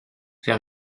faire